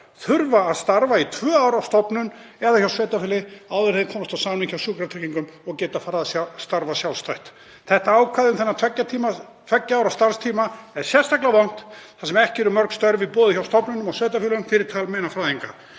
háskóla að starfa í tvö ár á stofnun eða hjá sveitarfélagi áður en þeir komast á samning hjá Sjúkratryggingum og geta farið að starfa sjálfstætt. Þetta ákvæði um tveggja ára starfstíma er sérstaklega vont þar sem ekki eru mörg störf í boði hjá stofnunum og sveitarfélögum fyrir talmeinafræðinga.